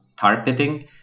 targeting